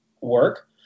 work